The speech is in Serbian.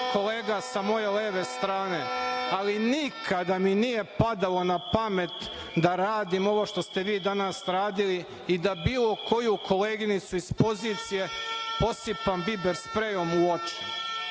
sa moje leve strane, ali nikada mi nije padalo na pamet da radim ovo što ste vi danas radili i da bilo koju koleginicu iz pozicije posipam biber sprejom u oči.